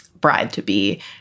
bride-to-be